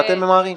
מה אתם ממהרים?